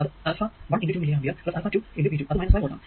അത് α1 × 2 milliampere α2 × V2 അത് 5 volt ആണ്